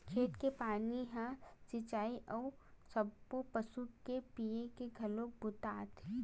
खेत के पानी ह चिरई अउ सब्बो पसु के पीए के घलोक बूता आथे